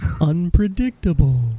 Unpredictable